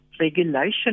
regulation